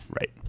Right